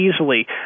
easily